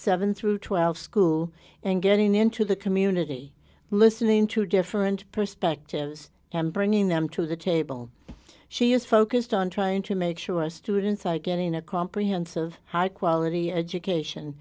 seven through twelve school and getting into the community listening to different perspectives and bringing them to the table she is focused on trying to make sure our students are getting a comprehensive high quality education